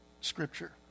scripture